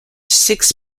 six